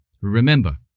Remember